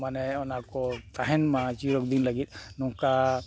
ᱢᱟᱱᱮ ᱚᱱᱟᱠᱚ ᱛᱟᱦᱮᱱ ᱢᱟ ᱪᱤᱨᱚᱫᱤᱱ ᱞᱟᱹᱜᱤᱫ ᱱᱚᱝᱠᱟ